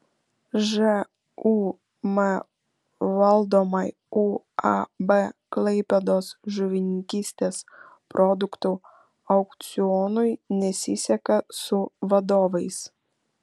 žūm valdomai uab klaipėdos žuvininkystės produktų aukcionui nesiseka su vadovais